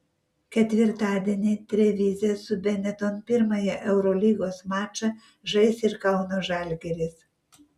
ketvirtadienį trevize su benetton pirmąjį eurolygos mačą žais ir kauno žalgiris